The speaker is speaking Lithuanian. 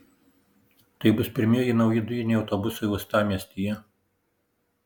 tai bus pirmieji nauji dujiniai autobusai uostamiestyje